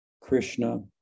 Krishna